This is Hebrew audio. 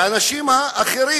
ואנשים אחרים,